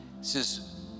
says